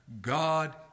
God